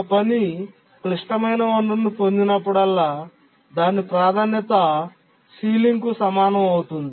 ఒక పని క్లిష్టమైన వనరును పొందినప్పుడల్లా దాని ప్రాధాన్యత సీలింగ్ కు సమానం అవుతుంది